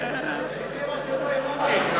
הבנתי.